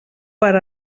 per